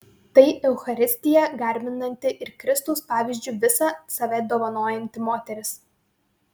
tai eucharistiją garbinanti ir kristaus pavyzdžiu visą save dovanojanti moteris